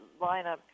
lineup